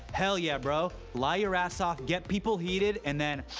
hell yeah, bro. lie your ass off, get people heated, and then.